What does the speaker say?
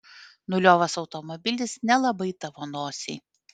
nuliovas automobilis nelabai tavo nosiai